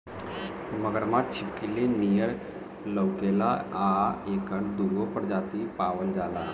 मगरमच्छ छिपकली नियर लउकेला आ एकर दूगो प्रजाति पावल जाला